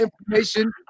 information